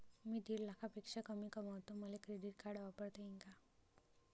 मी दीड लाखापेक्षा कमी कमवतो, मले क्रेडिट कार्ड वापरता येईन का?